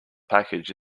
package